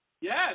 Yes